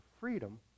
Freedom